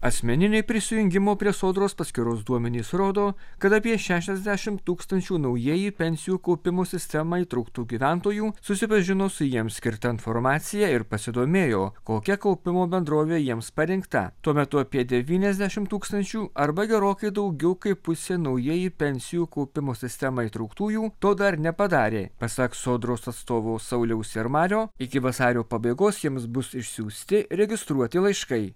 asmeniniai prisijungimo prie sodros paskyros duomenys rodo kad apie šešiasdešimt tūkstančių naujieji į pensijų kaupimo sistemą įtrauktų gyventojų susipažino su jiems skirta informacija ir pasidomėjo kokia kaupimo bendrovė jiems parinkta tuo metu apie devyniasdešimt tūkstančių arba gerokai daugiau kaip pusė naujai į pensijų kaupimo sistemą įtrauktųjų to dar nepadarė pasak sodros atstovo sauliaus ir mario iki vasario pabaigos jiems bus išsiųsti registruoti laiškai